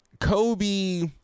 Kobe